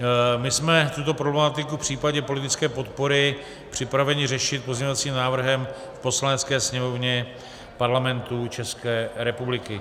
My jsme tuto problematiku v případě politické podpory připraveni řešit pozměňovacím návrhem v Poslanecké sněmovně Parlamentu České republiky.